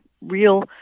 real